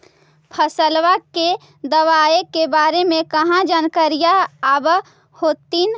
फसलबा के दबायें के बारे मे कहा जानकारीया आब होतीन?